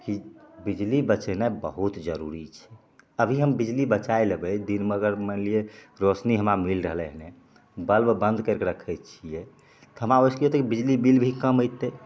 की बिजली बचेनाइ बहुत जरूरी छै अभी बिजली बचाइ लेबै दिनमे अगर मानि लिये रोशनी हमरा मिल रहलै हन बल्ब बन्द कैरके रक्खै छियै तऽ हमरा ओहिसे की होतै बिजली बिल भी कम अयतै